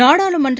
நாடாளுமன்ற